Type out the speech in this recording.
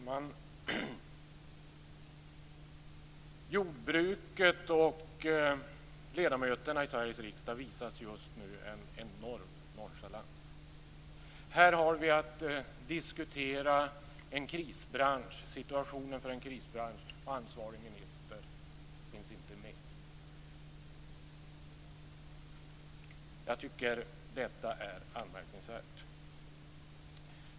Fru talman! Jordbruket och ledamöterna i Sveriges riksdag visas just nu en enorm nonchalans. Här har vi att diskutera situationen för en krisbransch, och ansvarig minister finns inte med. Jag tycker att detta är anmärkningsvärt.